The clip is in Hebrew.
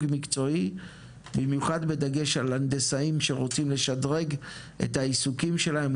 מקצועי במיוחד בדגש על הנדסאים שרוצים לשדרג את העיסוקים שלהם,